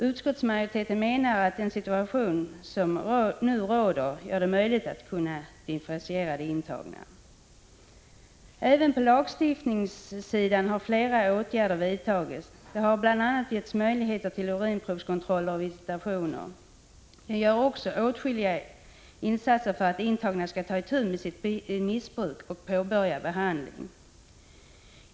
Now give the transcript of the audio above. Utskottsmajoriteten menar att den situation som nu råder gör det möjligt att differentiera de intagna. Även på lagstiftningssidan har flera åtgärder vidtagits. Det har bl.a. getts möjligheter till urinprovskontroller och visitationer. Det görs också åtskilligt för att de intagna skall ta itu med sitt missbruk och påbörja behandling.